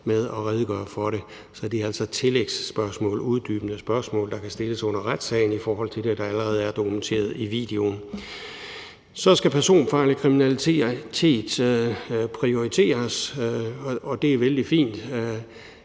med at redegøre for det. Så det er altså tillægsspørgsmål, uddybende spørgsmål, der kan stilles under retssagen i forhold til det, der allerede er dokumenteret i videoen. Så skal personfarlig kriminalitet prioriteres, og det er vældig fint.